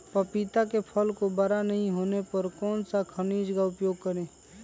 पपीता के फल को बड़ा नहीं होने पर कौन सा खनिज का उपयोग करें?